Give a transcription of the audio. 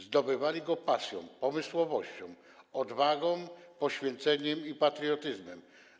Zdobywali go pasją, pomysłowością, odwagą, poświęceniem i patriotyzmem.